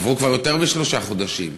עברו כבר יותר משלושה חודשים.